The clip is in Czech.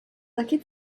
taky